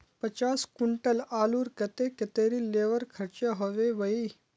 पचास कुंटल आलूर केते कतेरी लेबर खर्चा होबे बई?